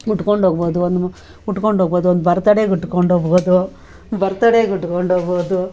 ಉಟ್ಕೊಂಡೋಗ್ಬೋದು ಒಂದು ಉಟ್ಕೊಂಡೋಗ್ಬೋದು ಒಂದು ಬರ್ತಡೇಗೆ ಉಟ್ಕೊಂಡೋಗ್ಬೋದು ಬರ್ತಡೇಗೆ ಉಟ್ಕೊಂಡೋಗ್ಬೋದು